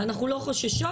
ואנחנו לא חוששות,